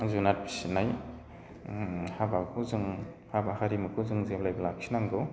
जुनार फिसिनाय हाबाखौ जोङो हाबा हारिमुखौ जोङो जेब्लायबो लाखिनांगौ